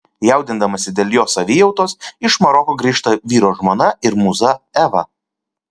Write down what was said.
jaudindamasi dėl jo savijautos iš maroko grįžta vyro žmona ir mūza eva